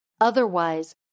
Otherwise